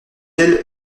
elle